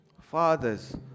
Fathers